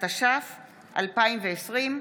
התש"ף 2020,